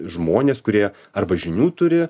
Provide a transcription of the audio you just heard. žmonės kurie arba žinių turi